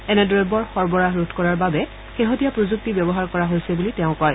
এনে দ্ৰব্যৰ সৰবৰাহ ৰোধ কৰাৰ বাবে শেহতীয়া প্ৰযুক্তি ব্যৱহাৰ কৰা হৈছে বুলি তেওঁ কয়